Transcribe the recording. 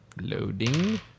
Loading